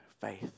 faith